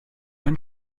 ein